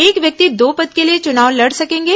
एक व्यक्ति दो पद के लिए चुनाव लड सकेंगे